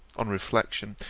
on reflection,